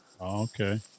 okay